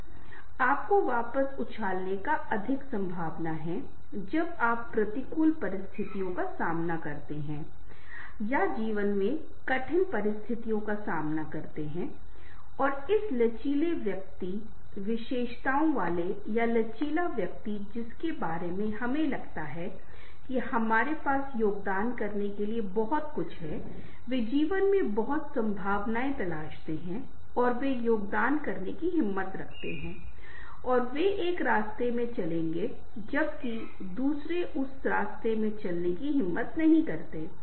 आपको वापस उछालने की अधिक संभावना है जब आप प्रतिकूल परिस्थितियों का सामना करते हैं या जीवन में कठिन परिस्थितियों का सामना करते है और इस लचीले व्यक्ति विशेषताओं वाले या लचीला व्यक्ति जिनके बारे में हमें लगता है कि हमारे पास योगदान करने के लिए बहुत कुछ है वे जीवन में बहुत संभावनाएं तलाशते हैं और वे योगदान करने की हिम्मत रखते हैं और वे एक रास्ते में चलेंगे जबकि दूसरे उस रास्ते में चलने की हिम्मत नहीं करेंगे